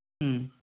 ꯎꯝ